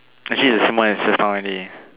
actually the same one as just now already